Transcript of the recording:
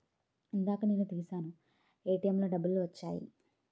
ఇందాక నేను తీశాను ఏటీఎంలో డబ్బులు వచ్చాయి